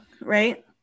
right